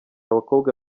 abakobwa